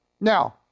Now